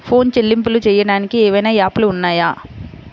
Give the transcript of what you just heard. Phone చెల్లింపులు చెయ్యటానికి ఏవైనా యాప్లు ఉన్నాయా?